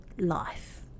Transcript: life